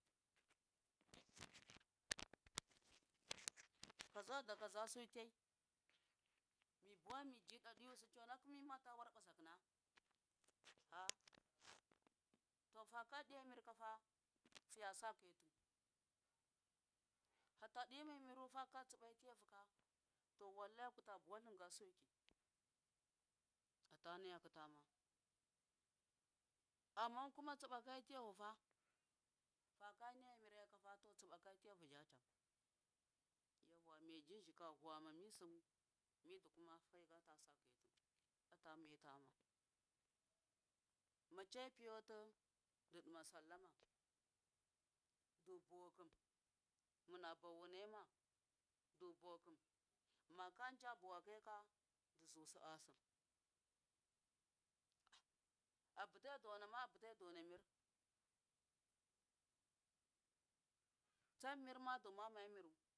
kaza du kaza su tai mibuwa miji ɗa ɗiyusi chon akum mimata warba kina ha to faka diya mir fiyasa kaitu fata dima miru faka tsiɓa tiya ka to wallahi kuta bu walin ga sanki atanayi tam amma tsimaka tiyafa jacham manji, zika vuwama mibusu miduku ata sa kai tu ata mai tama ma che piyo tom di dima sallama ɗu bo kham muna bonema du bokhun muna bonema ɗu bokhun maka ja bawa kai ka duzu su asim abute dona ma abute dona mir tsanmiir madu mama miru.